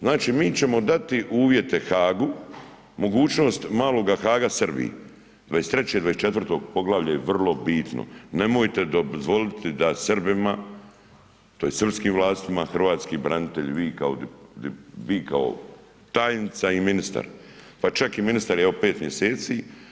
Znači mi ćemo dati uvjete Haagu, mogućnost maloga Haaga Srbiji, 23. i 24. poglavlje je vrlo bitno, nemojte dozvoliti da Srbima tj. srpskim vlastima hrvatski branitelj, vi kao, vi kao tajnica i ministar, pa čak i ministar, evo 5 mjeseci.